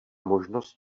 možnost